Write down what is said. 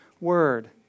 word